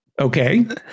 Okay